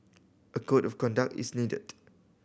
a code of conduct is needed